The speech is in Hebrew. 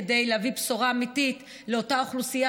כדי להביא בשורה אמיתית לאותה אוכלוסייה